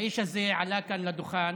האיש הזה עלה כאן לדוכן